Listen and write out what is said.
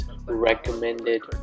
recommended